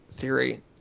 theory